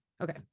Okay